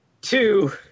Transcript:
Two